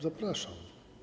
Zapraszam.